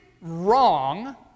wrong